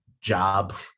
job